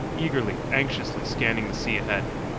eagerly, anxiously scanning the sea ahead.